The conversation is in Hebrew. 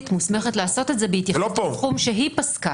מוסמכת לעשות את זה בסכום שהיא פסקה.